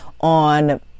on